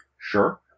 Sure